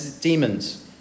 demons